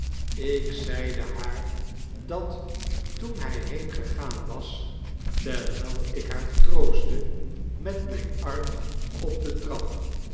ik zeide haar dat toen hij heengegaan was terwijl ik haar troostte met mijn arm op de trap